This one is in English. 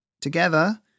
Together